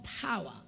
power